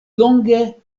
longe